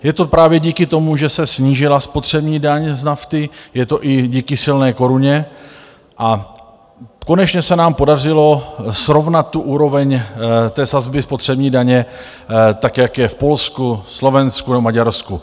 Je to právě díky tomu, že se snížila spotřební daň z nafty, je to i díky silné koruně a konečně se nám podařilo srovnat úroveň sazby spotřební daně tak, jak je v Polsku, Slovensku nebo Maďarsku.